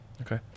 Okay